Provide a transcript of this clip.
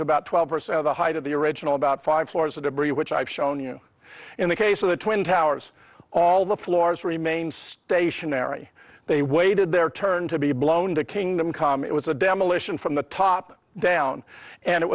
to about twelve percent of the height of the original about five floors of debris which i've shown you in the case of the twin towers all the floors remained stationary they waited their turn to be blown to kingdom come it was a demolition from the top down and it